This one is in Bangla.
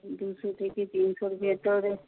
দুশো থেকে তিনশোর ভেতরে